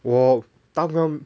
我当然